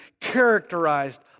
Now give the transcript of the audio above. characterized